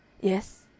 Yes